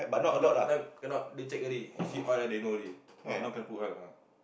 no cannot no cannot they checked already you see oil then know already now cannot put oil ah